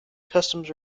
customs